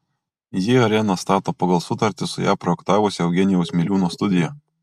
ji areną stato pagal sutartį su ją projektavusia eugenijaus miliūno studija